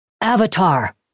Avatar